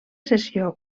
sessió